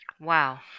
wow